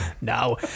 No